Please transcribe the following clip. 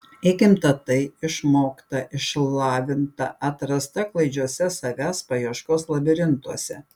įgimta tai išmokta išlavinta atrasta klaidžiuose savęs paieškos labirintuose